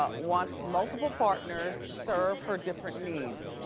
ah wants multiple partners to serve her different needs.